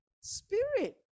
spirit